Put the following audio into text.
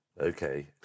Okay